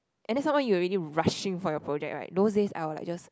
and then some more you already rushing for your project right those days I will like just